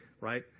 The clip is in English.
right